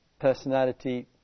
Personality